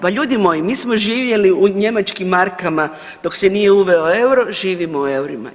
Pa ljudi moji mi smo živjeli u njemačkim markama dok se nije uveo euro, živimo u eurima.